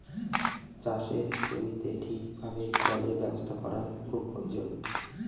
চাষের জমিতে ঠিক ভাবে জলের ব্যবস্থা করা খুব প্রয়োজন